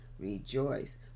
rejoice